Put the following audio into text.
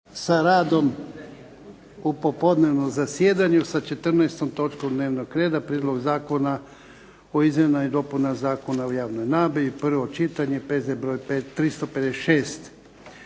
sa radom u popodnevnom zasjedanju sa 14. točkom dnevnog reda - Prijedlog zakona o izmjenama i dopunama Zakona o javnoj nabavi, prvo čitanje, P.Z. br. 356.